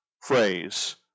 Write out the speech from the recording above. phrase